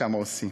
שם עושים.